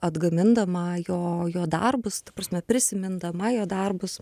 atgamindama jo jo darbus ta prasme prisimindama jo darbus